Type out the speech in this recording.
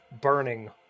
burning